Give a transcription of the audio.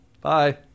Bye